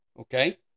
Okay